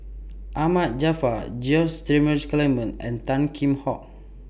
Ahmad Jaafar George Dromgold Coleman and Tan Kheam Hock